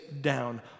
down